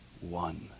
one